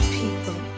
people